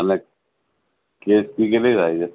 અને case fee કેટલી થાય છે